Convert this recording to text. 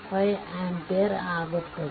5 amps